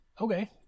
Okay